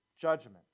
judgment